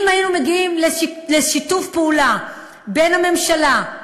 אם היינו מגיעים לשיתוף פעולה בין הממשלה,